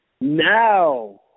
Now